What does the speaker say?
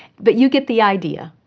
but you get the idea.